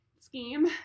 scheme